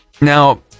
Now